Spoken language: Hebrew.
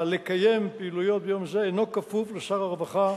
לקיים פעילויות ביום זה אינו כפוף לשר הרווחה,